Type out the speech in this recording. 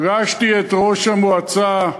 פגשתי את ראש המועצה,